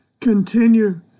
continue